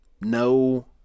no